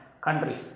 countries